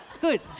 Good